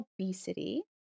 obesity